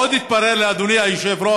עוד התברר לי, אדוני היושב-ראש,